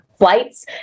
flights